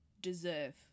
deserve